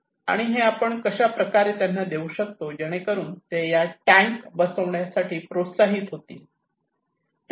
आणि हे आपण कशा प्रकारे त्यांना देऊ शकतो जेणेकरून ते या टॅंक बसवण्यासाठी प्रोत्साहित होतील